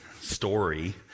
story